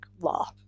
law